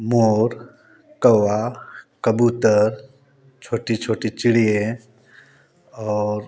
मोर कौवा कबूतर छोटी छोटी चिड़िया और